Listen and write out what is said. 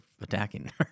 attacking